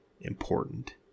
important